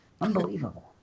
unbelievable